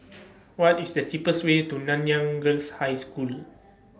What IS The cheapest Way to Nanyang Girls' High School